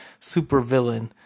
supervillain